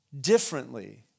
differently